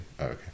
okay